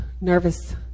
nervous